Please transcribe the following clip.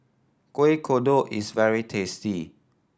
Kuih Kodok is very tasty